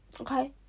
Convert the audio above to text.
Okay